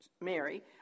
Mary